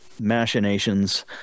machinations